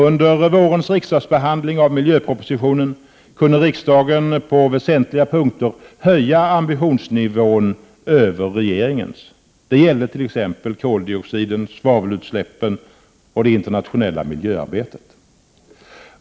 Under vårens riksdagsbehandling av miljöpropositionen kunde riksdagen på väsentliga punkter höja ambitionsnivån över regeringens. Det gällde t.ex. koldioxiden, svavelutsläppen och det internationella miljöarbetet.